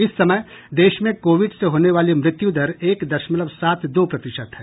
इस समय देश में कोविड से होने वाली मृत्यु दर एक दशमलव सात दो प्रतिशत है